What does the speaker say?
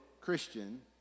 Christian